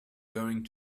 going